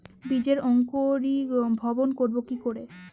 বীজের অঙ্কোরি ভবন করব কিকরে?